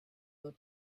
your